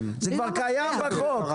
זה כבר קיים בחוק.